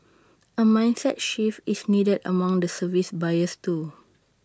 A mindset shift is needed among the service buyers too